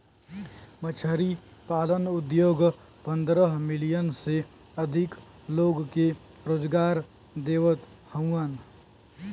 मछरी पालन उद्योग पंद्रह मिलियन से अधिक लोग के रोजगार देवत हउवन